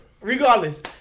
regardless –